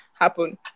happen